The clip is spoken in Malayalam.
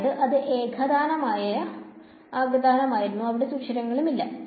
അതായത് അത് ഏകതാനമായിരുന്നു അവിടെ സുഷിരങ്ങളും ഇല്ല